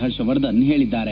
ಹರ್ಷವರ್ಧನ್ ಹೇಳಿದ್ದಾರೆ